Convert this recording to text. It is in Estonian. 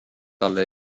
talle